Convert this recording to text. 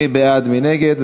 מי בעד, מי נגד?